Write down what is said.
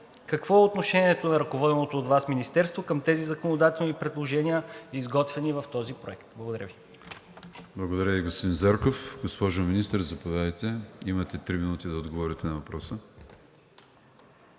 какво е отношението на ръководеното от Вас министерство към тези законодателни предложения, изготвени в този проект? Благодаря. ПРЕДСЕДАТЕЛ АТАНАС АТАНАСОВ: Благодаря Ви, господин Зарков. Госпожо Министър, заповядайте, имате три минути да отговорите на въпроса.